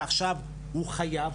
ועכשיו הוא חייב,